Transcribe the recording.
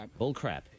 Bullcrap